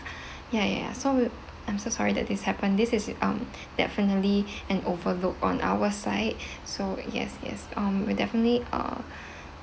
ya ya ya so I'm so sorry that this happened this is um definitely an overlooked on our side so yes yes um we'll definitely uh